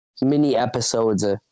mini-episodes